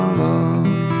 love